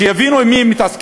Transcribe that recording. שיבינו עם מי הם מתעסקים,